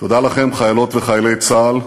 תודה לכם, חיילות וחיילי צה"ל,